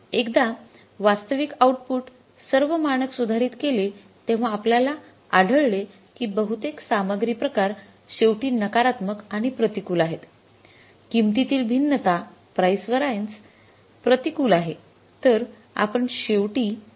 एकदा वास्तविक आउटपुट सर्व मानक सुधारित केले तेव्हा आपल्याला आढळले की बहुतेक सामग्री प्रकार शेवटी नकारात्मक आणि प्रतिकूल आहेत